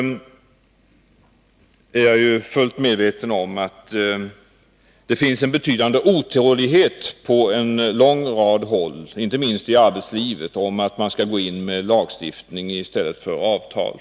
Jag är fullt medveten om att det finns en betydande otålighet på en lång rad håll, inte minst i arbetslivet, om att man skall gå in med lagstiftning i stället för avtal.